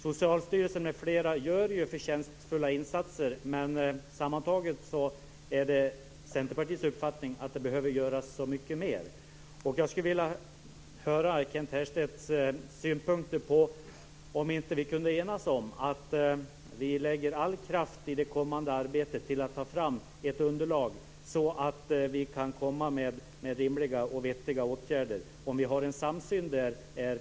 Socialstyrelsen m.fl. gör förtjänstfulla insatser, men sammantaget är det Centerpartiets uppfattning att det behöver göras mycket mer. Jag skulle vilja fråga Kent Härstedt om vi inte kunde enas om att lägga all kraft i det kommande arbetet på att ta fram ett underlag så att vi kan komma med rimliga och vettiga åtgärder. Har vi en samsyn där?